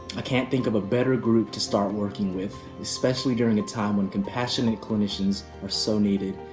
can't think of a better group to start working with, especially during a time when compassionate clinicians are so needed.